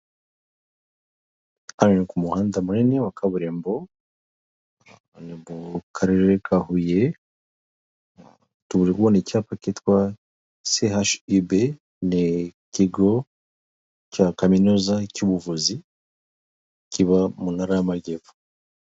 Hano ni ku muhanda munini wa kaburimbo, ni mu karere ka Huye, turi kubona icyapa cyitwa sehashibe, ni ikigo cya kaminuza cy'ubuvuzi, kiba mu ntara y'amajyepfo.